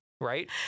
Right